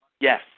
Yes